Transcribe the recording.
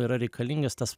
yra reikalingas tas